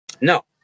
No